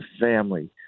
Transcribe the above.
family